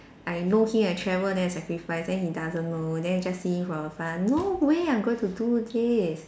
I know him I travel then I sacrifice then he doesn't know then you just see him for fun no way I'm going to do this